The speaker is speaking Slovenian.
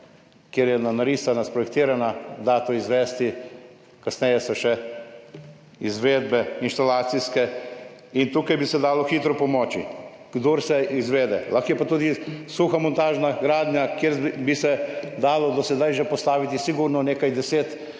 kjer je bila narisana, sprojektirana, da to izvesti, kasneje so še izvedbe inštalacijske in tukaj bi se dalo hitro pomoči, kdor se izvede. Lahko je pa tudi suha montažna gradnja, kjer bi se dalo do sedaj že postaviti sigurno nekaj deset,